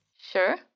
Sure